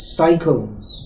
cycles